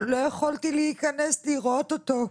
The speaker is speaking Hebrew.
לא יכולתי להיכנס לראות אותו.